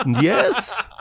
Yes